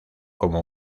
como